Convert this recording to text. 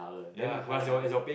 ya